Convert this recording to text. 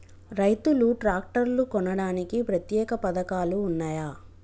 రైతులు ట్రాక్టర్లు కొనడానికి ప్రత్యేక పథకాలు ఉన్నయా?